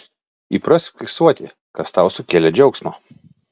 įprask fiksuoti kas tau sukėlė džiaugsmo